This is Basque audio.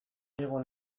egon